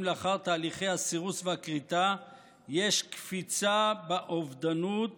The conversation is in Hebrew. לאחר תהליכי הסירוס והכריתה יש קפיצה באובדנות